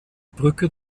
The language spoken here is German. brücke